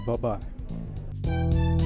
Bye-bye